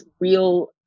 real